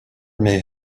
may